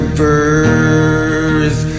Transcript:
birth